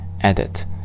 Edit